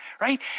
right